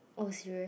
oh serious